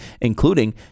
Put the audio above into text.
including